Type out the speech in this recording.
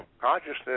Consciousness